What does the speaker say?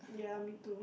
ya me too